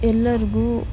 ಎಲ್ಲರಿಗು